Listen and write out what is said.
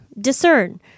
discern